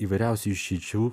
įvairiausių išeičių